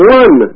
one